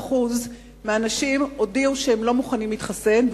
35% מהאנשים הודיעו שהם לא מוכנים להתחסן,